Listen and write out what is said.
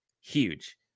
Huge